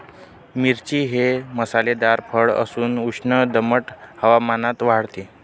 मिरची हे मसालेदार फळ असून उष्ण दमट हवामानात वाढते